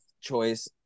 choice